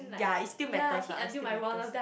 ya it still matters lah it still matters